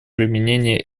применения